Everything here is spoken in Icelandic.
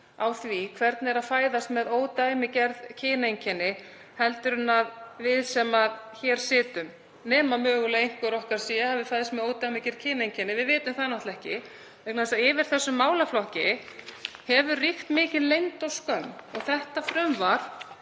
á því hvernig er að fæðast með ódæmigerð kyneinkenni heldur en við sem hér sitjum, nema mögulega einhver okkar hafi fæðst með ódæmigerð kyneinkenni. Við vitum það náttúrlega ekki vegna þess að yfir þessum málaflokki hefur ríkt mikil leynd og skömm. Þetta frumvarp